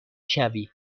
شوی